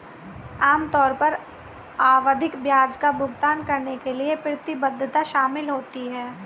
आम तौर पर आवधिक ब्याज का भुगतान करने की प्रतिबद्धता शामिल होती है